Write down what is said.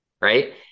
Right